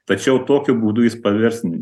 tačiau tokiu būdu jis pavirs